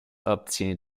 obtient